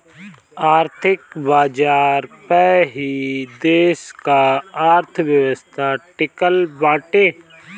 आर्थिक बाजार पअ ही देस का अर्थव्यवस्था टिकल बाटे